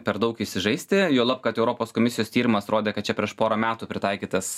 per daug įsižaisti juolab kad europos komisijos tyrimas rodė kad čia prieš porą metų pritaikytas